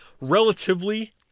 relatively